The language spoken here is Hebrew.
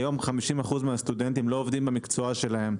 היום 50% מהסטודנטים לא עובדים במקצוע שלהם.